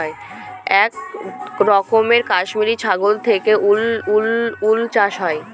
এক রকমের কাশ্মিরী ছাগল থেকে উল চাষ হয়